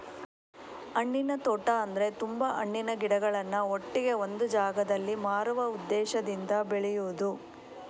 ಹಣ್ಣಿನ ತೋಟ ಅಂದ್ರೆ ತುಂಬಾ ಹಣ್ಣಿನ ಗಿಡಗಳನ್ನ ಒಟ್ಟಿಗೆ ಒಂದು ಜಾಗದಲ್ಲಿ ಮಾರುವ ಉದ್ದೇಶದಿಂದ ಬೆಳೆಯುದು